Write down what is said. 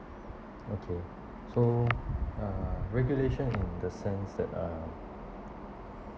okay so uh regulation in the sense that uh